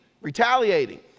retaliating